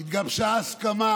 התגבשה הסכמה